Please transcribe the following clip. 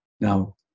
Now